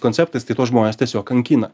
konceptais tai tuos žmones tiesiog kankina